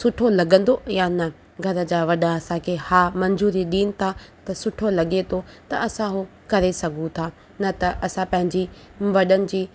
सुठो लॻंदो या न घर जा वॾा असांखे हा मंजूरी ॾीयनि था त सुठो लॻे थो त असां उहो करे सघूं था न त असां पंहिंजी वॾनि जी